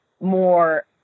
more